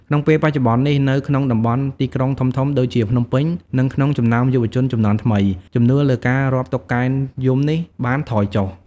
ក្នុងពេលបច្ចុប្បន្ននេះ នៅក្នុងតំបន់ទីក្រុងធំៗដូចជាភ្នំពេញ និងក្នុងចំណោមយុវជនជំនាន់ថ្មី ជំនឿលើការរាប់តុកែយំនេះបានថយចុះ។